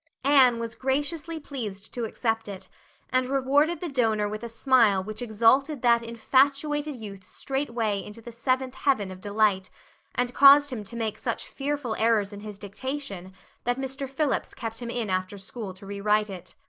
anne was graciously pleased to accept it and rewarded the donor with a smile which exalted that infatuated youth straightway into the seventh heaven of delight and caused him to make such fearful errors in his dictation that mr. phillips kept him in after school to rewrite it.